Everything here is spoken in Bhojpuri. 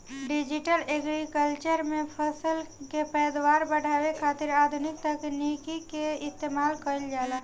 डिजटल एग्रीकल्चर में फसल के पैदावार बढ़ावे खातिर आधुनिक तकनीकी के इस्तेमाल कईल जाला